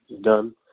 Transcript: done